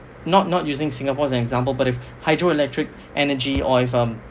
not not using singapore as an example but if hydroelectric energy oil firm